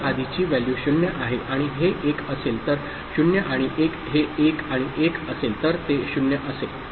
जर आधीची व्हॅल्यू 0 आहे आणि हे 1 असेल तर 0 आणि 1 हे 1 आणि 1 असेल तर ते 0 असेल